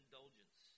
indulgence